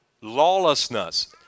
Lawlessness